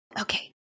Okay